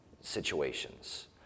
situations